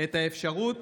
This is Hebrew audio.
את האפשרות